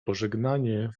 pożegnanie